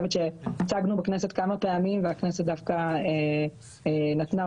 להקפיץ לך את זה לעמלות התעריפיות שזה